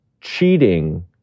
cheating